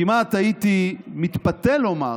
כמעט הייתי מתפתה לומר